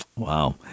Wow